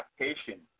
adaptation